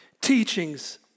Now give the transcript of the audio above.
Teachings